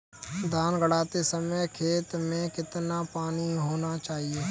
धान गाड़ते समय खेत में कितना पानी होना चाहिए?